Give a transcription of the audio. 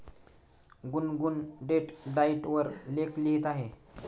गुनगुन डेट डाएट वर लेख लिहित आहे